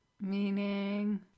meaning